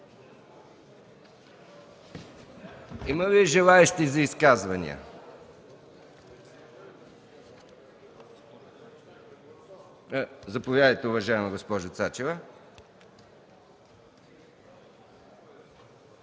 Има ли желаещи за изказвания? Заповядайте, уважаема госпожо Цачева.